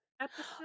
episode